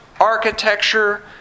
architecture